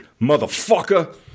motherfucker